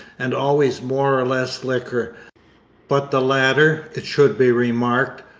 and always more or less liquor but the latter, it should be remarked,